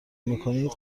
میکنید